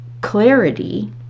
clarity